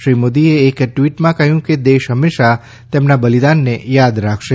શ્રી મોદીએ એક ટ્વીટમાં કહ્યું કે દેશ હંમેશા તેમના બલિદાનને થાદ રાખશે